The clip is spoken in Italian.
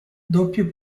doppio